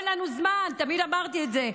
אין לנו זמן, תמיד אמרתי את זה.